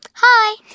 Hi